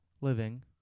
living